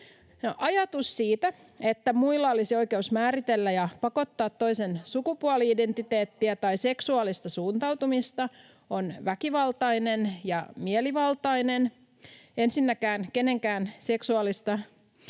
Ajatus siitä, että muilla olisi oikeus määritellä ja pakottaa toisen sukupuoli-identiteettiä tai seksuaalista suuntautumista, on väkivaltainen ja mielivaltainen. Ensinnäkään kenenkään seksuaalisuutta